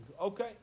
Okay